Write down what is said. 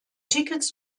tickets